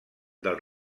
del